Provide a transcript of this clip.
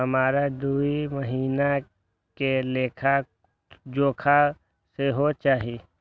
हमरा दूय महीना के लेखा जोखा सेहो चाही